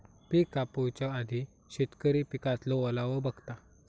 पिक कापूच्या आधी शेतकरी पिकातलो ओलावो बघता